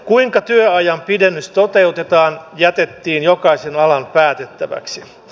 kuinka työajan pidennys toteutetaan jätettiin jokaisen alan päätettäväksi